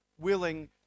willing